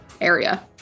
area